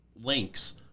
links